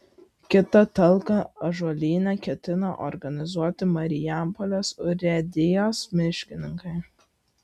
kitą talką ąžuolyne ketina organizuoti marijampolės urėdijos miškininkai